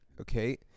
okay